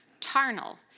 tarnal